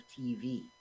tv